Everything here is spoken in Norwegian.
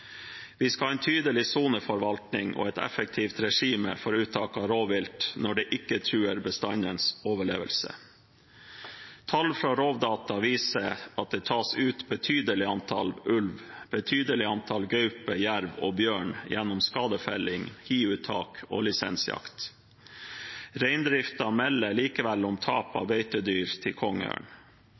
Vi skal ha en tydelig soneforvaltning og et effektivt regime for uttak av rovvilt når det ikke truer bestandens overlevelse. Tall fra Rovdata viser at det tas ut et betydelig antall ulv, gaupe, jerv og bjørn gjennom skadefelling, hiuttak og lisensjakt. Reindriften melder likevel om tap av beitedyr til